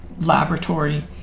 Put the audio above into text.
laboratory